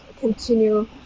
continue